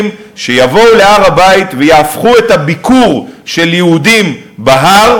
שיבואו להר-הבית ויהפכו את הביקור של יהודים בהר,